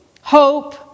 hope